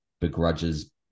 begrudges